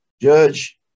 Judge